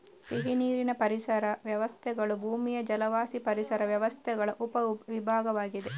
ಸಿಹಿನೀರಿನ ಪರಿಸರ ವ್ಯವಸ್ಥೆಗಳು ಭೂಮಿಯ ಜಲವಾಸಿ ಪರಿಸರ ವ್ಯವಸ್ಥೆಗಳ ಉಪ ವಿಭಾಗವಾಗಿದೆ